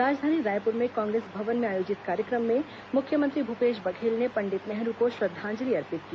राजधानी रायपुर में कांग्रेस भवन में आयोजित कार्यक्रम में मुख्यमंत्री भूपेश बघेल ने पंडित नेहरू को श्रद्वांजलि अर्पित की